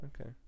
okay